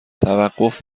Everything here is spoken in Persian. توقف